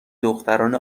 دختران